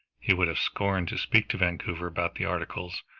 he would have scorned to speak to vancouver about the articles,